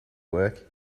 work